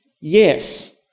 yes